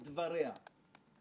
אנחנו לא מדברים על חוצפה.